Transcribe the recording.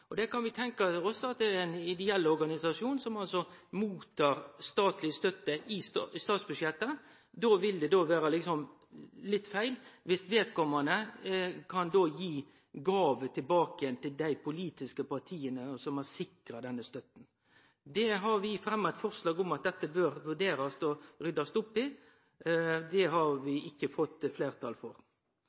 parti. Der kan vi tenkje oss at det er ein ideell organisasjon som mottar statleg støtte over statsbudsjettet, og då vil det vere litt feil om vedkomande kan gi ei gåve tilbake til dei politiske partia som har sikra denne støtta. Vi har fremja eit forslag om at ein bør vurdere å rydde opp i dette. Det har vi ikkje fått fleirtal for.